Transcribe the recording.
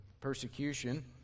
persecution